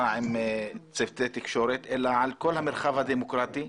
עם צוותי תקשורת אלא על כל המרחב הדמוקרטי.